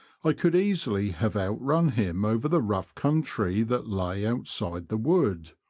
i could easily have outrun him over the rough country that lay outside the wood,